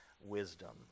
wisdom